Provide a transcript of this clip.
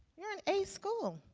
you're an a school.